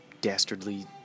dastardly